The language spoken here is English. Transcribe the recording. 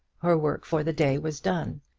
her work for the day was done.